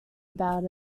about